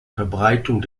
verbreitung